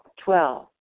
Twelve